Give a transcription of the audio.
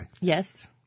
Yes